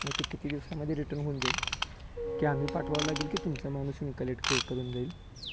मग ते किती दिवसामध्ये रिटर्न होऊन जाईल की आम्ही पाठवावं लागेल की तुमचा माणूस येऊन कलेक्ट क करून जाईल